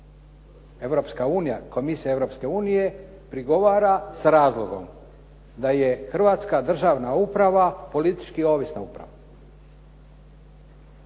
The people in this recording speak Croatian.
unije prigovara sa razlogom da je državna uprava politički ovisna uprava.